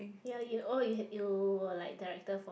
ya you oh you had you were like director for